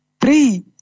three